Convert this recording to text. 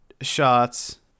shots